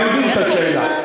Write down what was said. הוא הבין את השאלה.